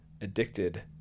addicted